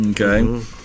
Okay